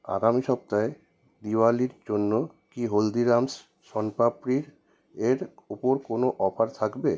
আগামী সপ্তাহে দীপাবলির জন্য কি হলদিরামস শণপাপড়ির এর ওপর কোনো অফার থাকবে